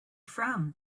from